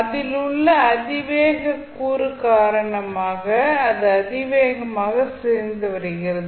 அதில் உள்ள அதிவேக கூறு காரணமாக அது அதிவேகமாக சிதைந்து வருகிறது